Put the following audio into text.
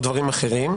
לא דברים אחרים,